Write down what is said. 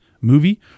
movie